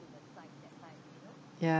ya